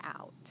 out